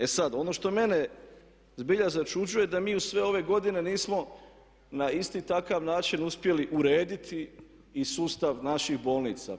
E sada, ono što mene zbilja začuđuje da mi u sve ove godine nismo na isti takav način uspjeli urediti i sustav naših bolnica.